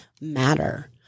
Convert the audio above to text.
matter